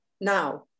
now